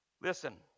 Listen